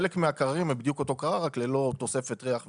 חלק מהקררים הם בדיוק אותו קרר רק ללא תוספת ריח וכולי.